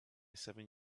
seven